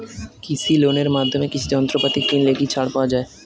কৃষি লোনের মাধ্যমে কৃষি যন্ত্রপাতি কিনলে কি ছাড় পাওয়া যায়?